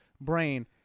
brain